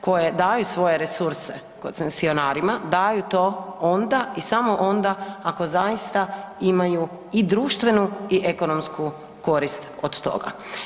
koje daju svoje resurse koncesionarima, daju to onda i samo onda ako zaista imaju i društvenu i ekonomsku korist od toga.